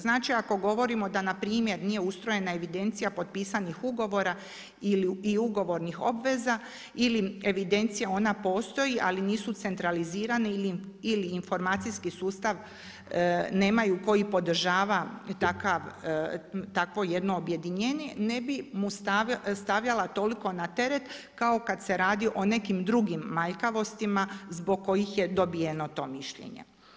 Znači ako govorimo da npr. nije ustrojena evidencija potpisanih ugovora i ugovornih obveza ili evidencija ona postoji, ali nisu centralizirani ili informacijski sustav nemaju koji podržava takvo jedno objedinjenje ne bi mu stavljala toliko na teret kao kada se radi o nekim drugim manjkavostima zbog kojih je dobijeno to mišljenje.